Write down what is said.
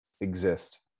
exist